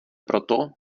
proto